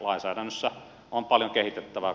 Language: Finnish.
lainsäädännössä on paljon kehitettävää